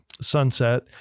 sunset